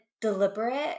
deliberate